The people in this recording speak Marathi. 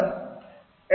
add tech Dev